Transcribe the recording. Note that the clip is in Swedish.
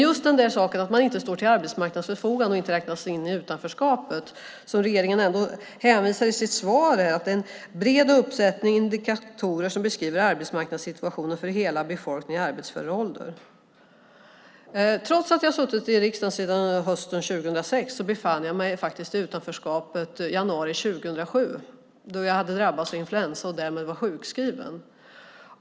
När det gäller att man inte står till arbetsmarknadens förfogande och inte räknas in i utanförskapet hänvisar regeringen i sitt svar till en bred uppsättning indikatorer som beskriver arbetsmarknadssituationen för hela befolkningen i arbetsför ålder. Trots att jag har suttit i riksdagen sedan hösten 2006 befann jag mig faktiskt i utanförskap januari 2007, då jag hade drabbats av influensa och därmed var sjukskriven.